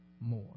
more